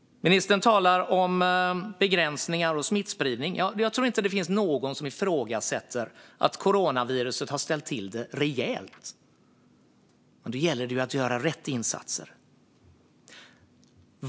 Ministern talar om begränsningar och smittspridning. Jag tror inte att det finns någon som ifrågasätter att coronaviruset har ställt till det rejält. Men då gäller det att göra rätt insatser.